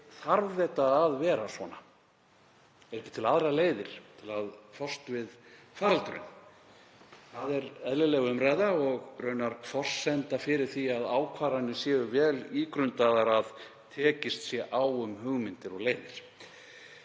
Þarf þetta að vera svona? Eru ekki til aðrar leiðir til að fást við faraldurinn? Það er eðlileg umræða, og raunar forsenda fyrir því að ákvarðanir séu vel ígrundaðar, að tekist sé á um hugmyndir og leiðir.